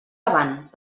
avant